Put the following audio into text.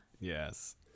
Yes